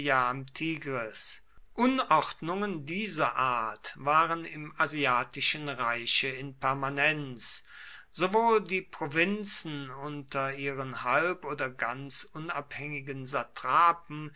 tigris unordnungen dieser art waren im asiatischen reiche in permanenz sowohl die provinzen unter ihren halb oder ganz unabhängigen satrapen